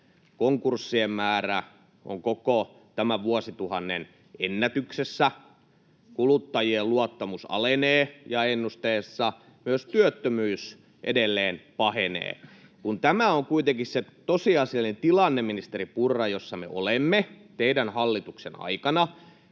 Konkurssien määrä on koko tämän vuosituhannen ennätyksessä, kuluttajien luottamus alenee, ja ennusteessa myös työttömyys edelleen pahenee. Kun tämä on kuitenkin se tosiasiallinen tilanne, ministeri Purra, jossa me olemme teidän hallituksenne aikana,